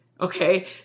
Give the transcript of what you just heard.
Okay